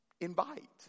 Invite